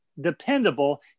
dependable